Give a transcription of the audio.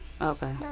Okay